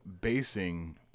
basing